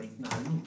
בהתנהלות,